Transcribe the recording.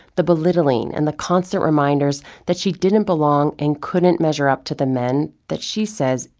the belittling and the constant reminders that she didn't belong and couldn't measure up to the men, that, she says,